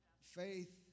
Faith